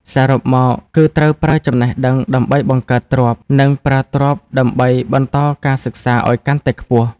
សរុបមក គឺត្រូវប្រើចំណេះដឹងដើម្បីបង្កើតទ្រព្យ និងប្រើទ្រព្យដើម្បីបន្តការសិក្សាឱ្យកាន់តែខ្ពស់។